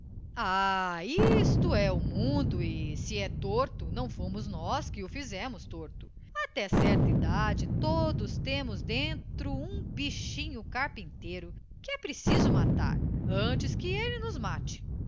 ah isto é o mundo e se é torto não fomos nós que o fizemos torto até certa idade todos temos dentro um bichinho carpinteiro que é preciso matar antes que ele nos mate